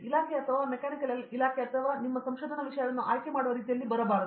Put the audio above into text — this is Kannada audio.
ಇಲಾಖೆ ಅಥವಾ ಮೆಕ್ಯಾನಿಕಲ್ ಇಲಾಖೆ ನಿಮ್ಮ ಸಂಶೋಧನಾ ವಿಷಯವನ್ನು ಆಯ್ಕೆ ಮಾಡುವ ರೀತಿಯಲ್ಲಿ ಬರಬಾರದು